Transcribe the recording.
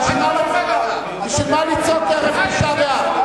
בשביל מה לצעוק ערב תשעה באב?